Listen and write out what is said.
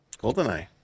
GoldenEye